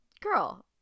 Girl